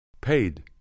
Paid